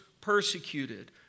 persecuted